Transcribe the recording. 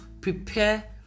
prepare